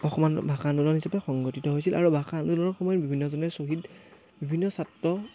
অসমত ভাষা আন্দোলন হিচাপে সংগঠিত হৈছিল আৰু ভাষা আন্দোলনৰ সময়ত বিভিন্নজনে শ্বহীদ বিভিন্ন ছাত্ৰ